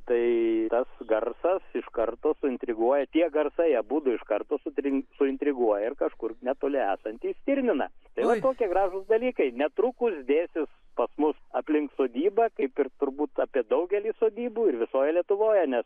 tai tas garsas iš karto suintriguoja tie garsai abudu iš karto sutrin suintriguoja ir kažkur netoli esantį stirniną tai va tokie gražūs dalykai netrukus dėsis pas mus aplink sodybą kaip ir turbūt apie daugelį sodybų ir visoje lietuvoje nes